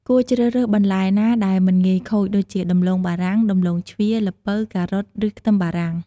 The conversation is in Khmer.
គួរជ្រើសរើសបន្លែណាដែល មិនងាយខូច ដូចជា ដំឡូងបារាំង ដំឡូងជ្វា ល្ពៅ ការ៉ុត ឬខ្ទឹមបារាំង។